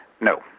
No